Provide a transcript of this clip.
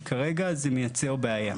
כי כרגע זה מייצר בעיה.